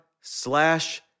slash